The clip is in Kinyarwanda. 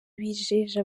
bijeje